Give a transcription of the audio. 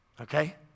Okay